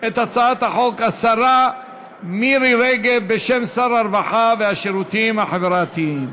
את הצעת החוק השרה מירי רגב בשם שר הרווחה והשירותים החברתיים.